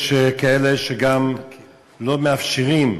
יש כאלה שגם לא מאפשרות,